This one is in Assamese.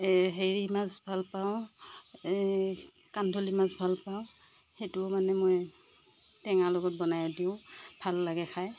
এই হেৰি মাছ ভাল পাওঁ এই কান্ধলি মাছ ভাল পাওঁ সেইটো মানে মই টেঙাৰ লগত বনাই দিওঁ ভাল লাগে খায়